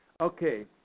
Okay